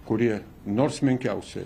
kurie nors menkiausią